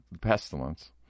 pestilence